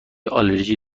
آلرژی